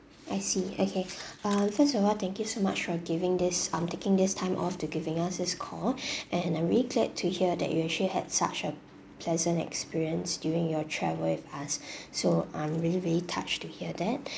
I see okay uh first of all thank you so much for giving this um taking this time off to giving us this call and I really glad to hear that you actually had such a pleasant experience during your travel with us so I'm very very touched to hear that